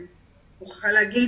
אני מוכרחה להגיד